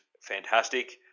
fantastic